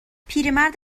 پیرمرد